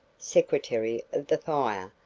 secretary of the fire,